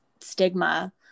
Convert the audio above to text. stigma